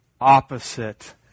opposite